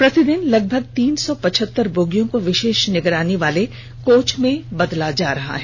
प्रतिदिन लगभग तीन सौ पचहतर बोगियों को विशेष निगरानी वाले कोच में बदला जा रहा है